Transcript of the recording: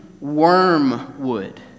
wormwood